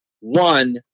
one